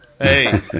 Hey